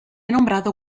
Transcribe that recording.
nombrado